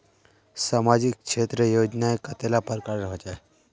सामाजिक क्षेत्र योजनाएँ कतेला प्रकारेर होचे?